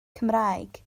cymraeg